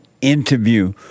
interview